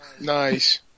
Nice